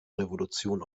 revolution